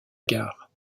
gare